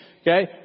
Okay